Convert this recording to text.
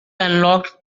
unlocked